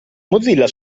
mozilla